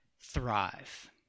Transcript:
thrive